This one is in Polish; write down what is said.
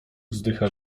wzdycha